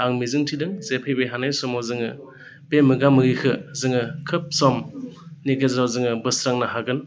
आं मिजिंथिदों जे फैबाय थानाय समाव जोङो बे मोगा मोगिखो जोङो खोब समनि गेजेराव जोङो बोस्रांनो हागोन